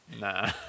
Nah